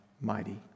mighty